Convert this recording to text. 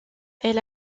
elle